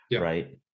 right